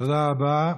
תודה רבה.